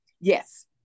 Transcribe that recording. yes